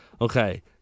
Okay